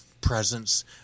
presence